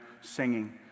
singing